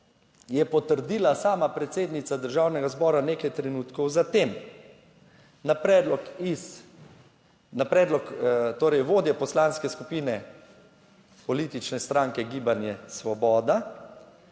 je potrdila sama predsednica državnega zbora nekaj trenutkov za tem. Na predlog iz na predlog torej vodja poslanske skupine politične stranke Gibanje Svoboda